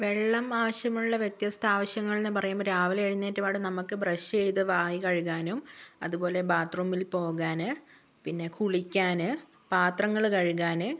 വെള്ളം ആവശ്യമുള്ള വ്യത്യസ്ത ആവശ്യങ്ങളെന്ന് പറയുമ്പോൾ രാവിലെ എഴുന്നേറ്റപാട് നമ്മൾക്ക് ബ്രഷ് ചെയ്ത് വായ കഴുകാനും അതുപോലെ ബാത്ത് റൂമിൽ പോകാൻ പിന്നെ കുളിക്കാൻ പാത്രങ്ങള് കഴുകാൻ